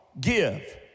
Give